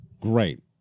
great